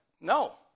No